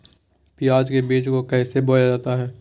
प्याज के बीज को कैसे बोया जाता है?